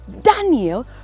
Daniel